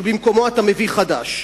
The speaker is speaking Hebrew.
ובמקומו אתה מביא חדש.